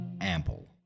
Ample